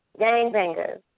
Gangbangers